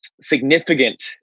significant